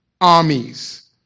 armies